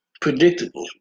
predictable